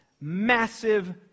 massive